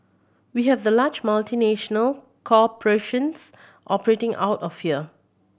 we have the large multinational corporations operating out of here